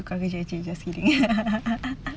tukar kerja !chey! just kidding